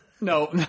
No